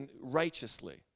righteously